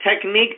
technique